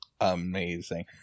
amazing